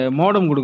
modem